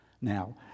now